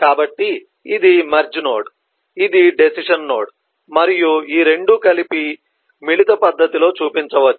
కాబట్టి ఇది merge node ఇది డెసిషన్ నోడ్ మరియు ఈ 2 కలిపి మిళిత పద్ధతిలో చూపించవచ్చు